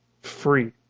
free